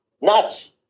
nuts